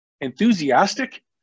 Enthusiastic